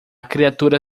criatura